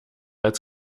als